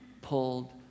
pulled